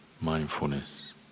mindfulness